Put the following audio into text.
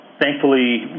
thankfully